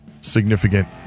significant